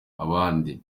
abandi